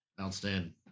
Outstanding